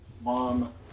mom